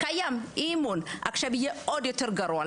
יש כבר אי-אמון ועכשיו יהיה עוד יותר גרוע.